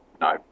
no